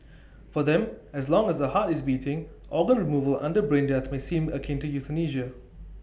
for them as long as the heart is beating organ removal under brain death may seem akin to euthanasia